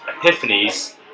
epiphanies